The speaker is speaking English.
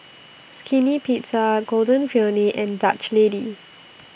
Skinny Pizza Golden Peony and Dutch Lady